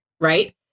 right